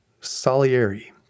Salieri